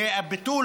ביטול